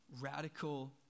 radical